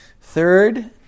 Third